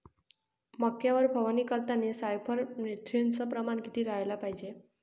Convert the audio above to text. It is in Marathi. मक्यावर फवारनी करतांनी सायफर मेथ्रीनचं प्रमान किती रायलं पायजे?